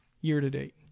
year-to-date